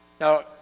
now